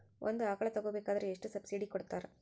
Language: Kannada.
ಒಂದು ಆಕಳ ತಗೋಬೇಕಾದ್ರೆ ಎಷ್ಟು ಸಬ್ಸಿಡಿ ಕೊಡ್ತಾರ್?